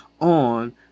on